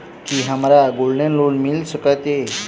की हमरा gold loan मिल सकैत ये?